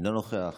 אינו נוכח.